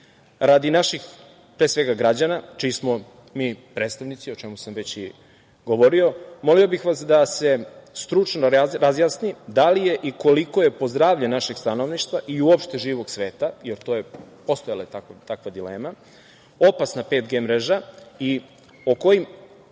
radi naših pre svega građana čiji smo mi predstavnici, o čemu sam već i govorio. Molio bih vas da se stručno razjasni da li je i koliko je po zdravlje našeg stanovništva i uopšte živog sveta, jer je postojala takva dilema, opasna 5G mreža i o kojim